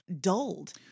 dulled